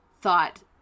thought